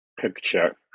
picture